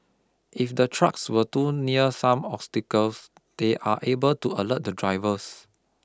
if the trucks are too near some obstacles they are able to alert the drivers